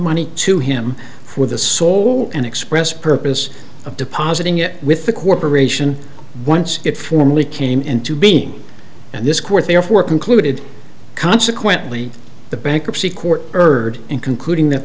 money to him for the sole and express purpose of depositing it with the corporation once it formally came into being and this court therefore concluded consequently the bankruptcy court heard and concluding that